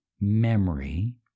memory